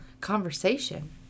conversation